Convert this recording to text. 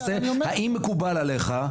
האם מקובל עליך,